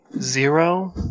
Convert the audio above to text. zero